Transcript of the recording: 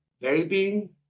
Baby